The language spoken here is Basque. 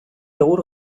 egur